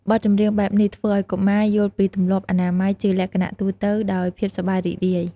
បទចម្រៀងបែបនេះធ្វើឲ្យកុមារយល់ពីទម្លាប់អនាម័យជាលក្ខណៈទូទៅដោយភាពសប្បាយរីករាយ។